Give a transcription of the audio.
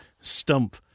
stump